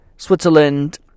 Switzerland